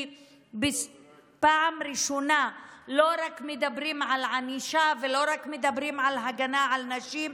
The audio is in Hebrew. כי בפעם הראשונה לא רק מדברים על ענישה ולא רק מדברים על הגנה על נשים,